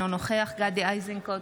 אינו נוכח גדי איזנקוט,